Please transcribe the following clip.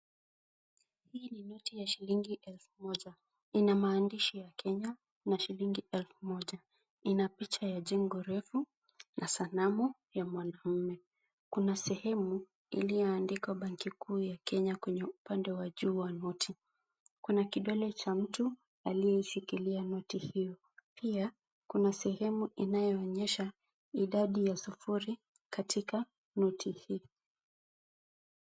Hii ni noti ya shilingi elfu moja. Ina maandishi ya Kenya na shilingi elfu moja. Ina picha ya jengo refu na sanamu ya mwanamme. Kuna sehemu iliyoandikwa benki kuu ya Kenya kwenye upande wa juu wa noti. Kuna kidole cha mtu aliyeishikilia noti hiyo. Pia kuna sehemu inayoonyesha idadi ya sufuri katika noti hiyo.